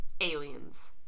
Aliens